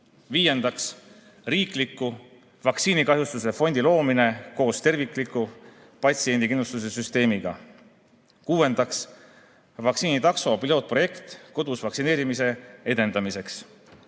Viiendaks, riikliku vaktsiinikahjustuse fondi loomine koos tervikliku patsiendikindlustuse süsteemiga. Kuuendaks, vaktsiinitakso pilootprojekt kodus vaktsineerimise edendamiseks. Julgustan